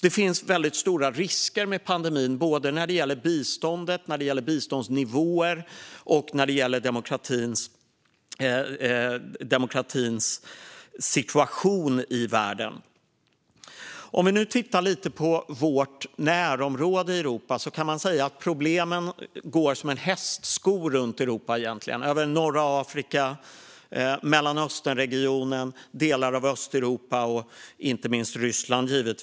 Det finns alltså väldigt stora risker med pandemin, både när det gäller biståndet och biståndsnivåerna och när det gäller demokratins situation i världen. Om vi nu tittar lite på vårt närområde i Europa kan vi säga att problemen går som en hästsko runt Europa - över norra Afrika, Mellanösternregionen, delar av Östeuropa och givetvis inte minst Ryssland.